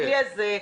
בכלי הזה,